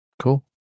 Cool